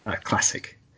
classic